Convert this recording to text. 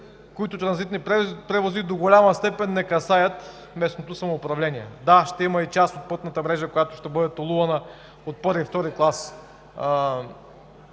бъдат транзитните превози, които до голяма степен не касаят местното самоуправление. Да, ще има и част от пътната мрежа, която ще бъде толувана от първи и втори клас